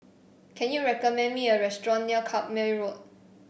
can you recommend me a restaurant near Carpmael Road